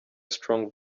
strong